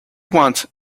wanted